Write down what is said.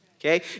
okay